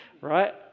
right